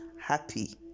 happy